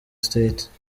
state